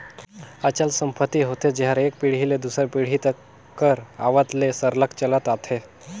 अचल संपत्ति होथे जेहर एक पीढ़ी ले दूसर पीढ़ी तक कर आवत ले सरलग चलते आथे